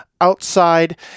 outside